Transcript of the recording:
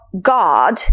God